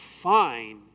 fine